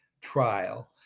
trial